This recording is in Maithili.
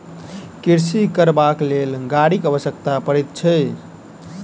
कृषि करबाक लेल गाड़ीक आवश्यकता पड़ैत छै